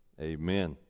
amen